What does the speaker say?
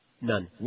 None